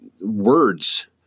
words